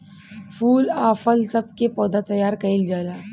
फूल आ फल सब के पौधा तैयार कइल जाला